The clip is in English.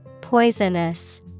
Poisonous